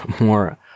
more